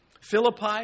Philippi